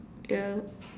yeah